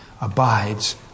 abides